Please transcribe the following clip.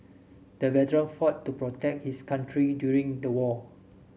the veteran fought to protect his country during the war